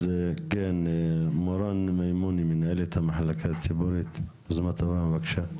אז כן מורן מימוני, מנהלת המחלקה הציבורית, בבקשה.